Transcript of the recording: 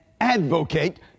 advocate